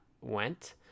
went